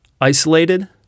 isolated